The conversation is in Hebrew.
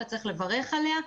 וצריך לברך עליה,